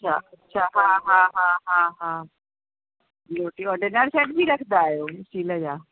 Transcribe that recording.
अच्छा अच्छा हा हा हा हा हा रोटी वारो डिनर सेट बि रखंदा आहियो स्टील जा